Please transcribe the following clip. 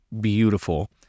beautiful